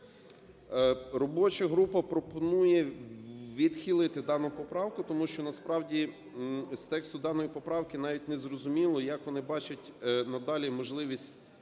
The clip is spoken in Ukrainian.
Робоча група пропонує відхилити дану поправку. Тому що насправді з тексту даної поправки навіть не зрозуміло, як вони бачать надалі можливість